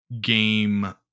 game